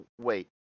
wait